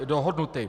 Dohodnuty.